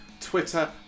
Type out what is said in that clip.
twitter